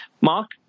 Mark